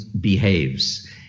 behaves